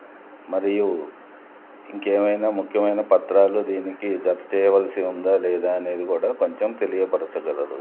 మరియు ఇంకేమైనా ముఖ్యమైన పత్రాలు దీనికి జత చేయవలసి ఉందా లేదా అనేది గూడా కొంచెం తెలియపరచగలరు